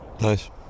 Nice